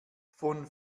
von